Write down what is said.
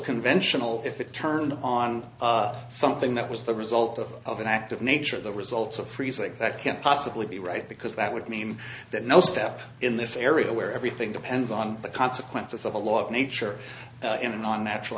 conventional if it turned on something that was the result of of an act of nature the results of freeze like that can't possibly be right because that would mean that no step in this area where everything depends on the consequences of a lot of nature in an on natural